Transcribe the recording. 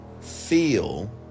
feel